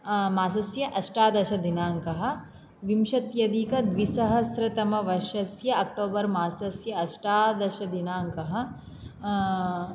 मासस्य अष्टादशदिनाङ्कः विंशत्यधिकद्विसहस्रतमवर्षस्य अक्टोबर् मासस्य अष्टादशदिनाङ्कः